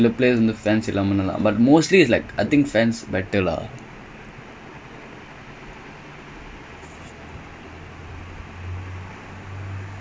mm ya the நிறைய பேரு சொன்னாங்க:niraiya paeru sonnaanga messi fans lah நல்லா விளையாடுவான்:nallaa vilaiyaaduvaan because he's under pressure he doesn't play as well